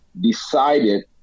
decided